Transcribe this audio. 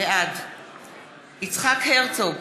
בעד יצחק הרצוג,